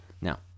Now